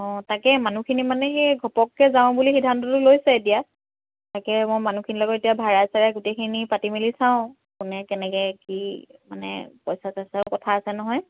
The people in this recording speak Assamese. অঁ তাকে মানুহখিনি মানে সেই ঘপককৈ যাওঁ বুলি সিদ্ধান্তটো লৈছে এতিয়া তাকে মই মানুহখিনৰ লগত এতিয়া ভাড়াই চাড়াই গোটেইখিনি পাতি মেলি চাওঁ কোনে কেনেকৈ কি মানে পইচা চইচাৰো কথা আছে নহয়